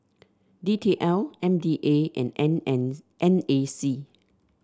D T L M D A and N N N A C